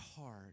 heart